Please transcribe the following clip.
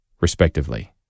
respectively